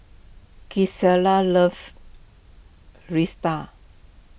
Gisselle loves